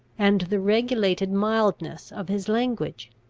and the regulated mildness of his language!